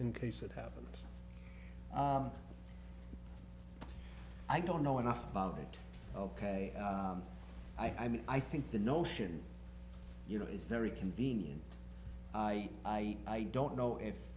in case it happens i don't know enough about it ok i mean i think the notion you know it's very convenient i i i don't know if